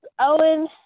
owen